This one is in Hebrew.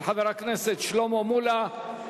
של חבר הכנסת שלמה מולה,